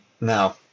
Now